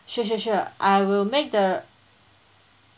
sure sure sure I will make the